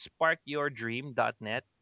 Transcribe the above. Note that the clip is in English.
sparkyourdream.net